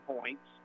points